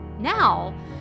now